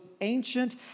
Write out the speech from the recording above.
ancient